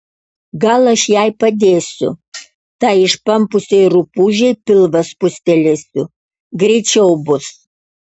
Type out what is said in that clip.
gal aš jai padėsiu tai išpampusiai rupūžei pilvą spustelėsiu greičiau bus